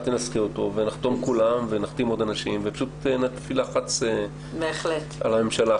את תנסחי אותו ונחתום כולם ונחתים עוד אנשים ופשוט נפעיל לחץ על הממשלה,